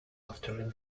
after